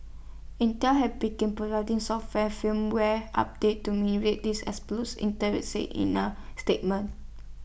Intel have begin providing software and firmware update to mean way these exploits Intel said in A statement